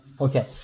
Okay